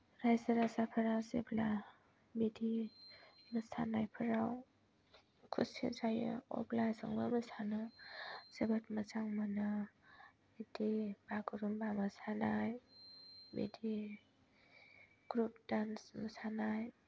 राइजो राजाफोरा जेब्ला बिदि मोसानायफोराव खुसि जायो अब्ला जोंबो मोसानो जोबोद मोजां मोनो बिदि बागुरुम्बा मोसानाय बिदि ग्रुप डान्स मोसानाय